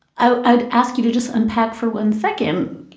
i would ask you to just unpack for one second.